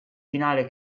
finale